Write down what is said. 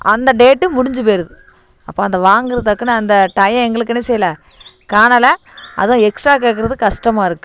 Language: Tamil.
அந்த டேட்டு முடிஞ்சுப் போயிருது அப்போ அந்த வாங்குகிற தக்கன அந்த டைம் எங்களுக்கு என்ன செய்யலை காணலை அதுவும் எக்ஸ்ட்ரா கேட்குறது கஷ்டமா இருக்குது